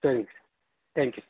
சரிங்க sir thank you